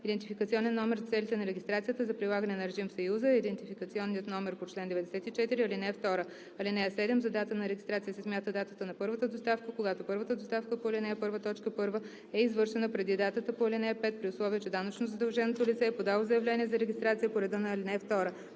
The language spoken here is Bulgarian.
Идентификационен номер за целите на регистрацията за прилагане на режим в Съюза е идентификационният номер по чл. 94, ал. 2. (7) За дата на регистрация се смята датата на първата доставка, когато първата доставка по ал. 1, т. 1 е извършена преди датата по ал. 5, при условие че данъчно задълженото лице е подало заявление за регистрация по реда на ал. 2